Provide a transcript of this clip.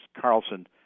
Carlson